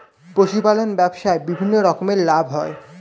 পশুপালন ব্যবসায় বিভিন্ন রকমের লাভ হয়